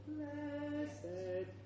Blessed